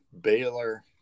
Baylor